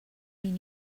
mean